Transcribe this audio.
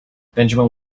benjamin